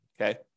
okay